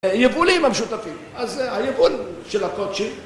יבולים המשותפים, אז היבול של הקוד שלי...